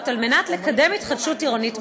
על מנת לקדם התחדשות עירונית בשכונה.